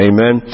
Amen